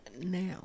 now